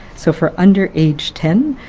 so for under age ten,